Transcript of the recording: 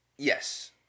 Yes